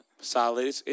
solid